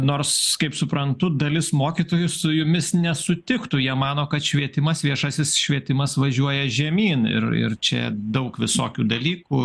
nors kaip suprantu dalis mokytojų su jumis nesutiktų jie mano kad švietimas viešasis švietimas važiuoja žemyn ir ir čia daug visokių dalykų